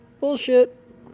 Bullshit